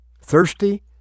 thirsty